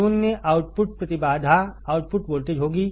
शून्य आउटपुट प्रतिबाधा output voltage होगी